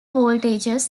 voltages